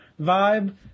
vibe